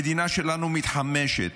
המדינה שלנו מתחמשת,